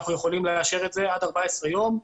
אנחנו יכולים לאשר את זה עד 14 ימים,